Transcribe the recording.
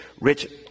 rich